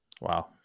Wow